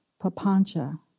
papancha